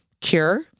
cure